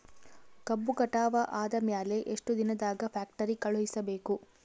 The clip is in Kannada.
ಕಬ್ಬು ಕಟಾವ ಆದ ಮ್ಯಾಲೆ ಎಷ್ಟು ದಿನದಾಗ ಫ್ಯಾಕ್ಟರಿ ಕಳುಹಿಸಬೇಕು?